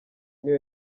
niyo